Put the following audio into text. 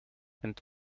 and